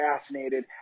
fascinated